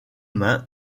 mains